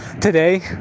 today